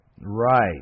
Right